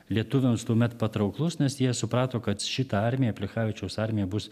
lietuviams tuomet patrauklus nes jie suprato kad šita armija plechavičiaus armija bus